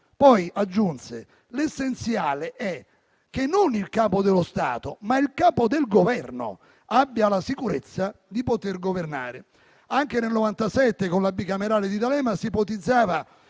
Poi aggiunse: «l'essenziale è che non il Capo dello Stato, ma il Capo del Governo abbia la sicurezza di poter governare». Anche nel 1997, con la bicamerale di D'Alema si ipotizzava